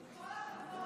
כל הכבוד.